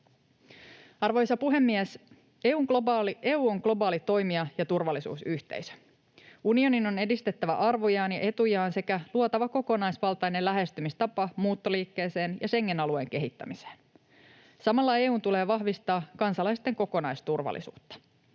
Arvoisa puhemies! EU on globaali toimija ja turvallisuusyhteisö. Unionin on edistettävä arvojaan ja etujaan sekä luotava kokonaisvaltainen lähestymistapa muuttoliikkeeseen ja Schengen-alueen kehittämiseen. Samalla EU:n tulee vahvistaa kansalaisten kokonaisturvallisuutta.